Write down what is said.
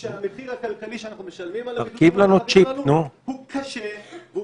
כי המחיר הכלכלי של בידודים נרחבים הוא מחיר קשה,